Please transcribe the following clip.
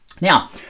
Now